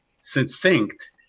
succinct